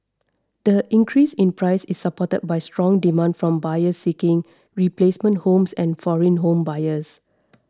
the increase in price is supported by strong demand from buyers seeking replacement homes and foreign home buyers